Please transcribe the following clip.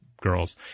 girls